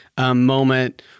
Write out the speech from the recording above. moment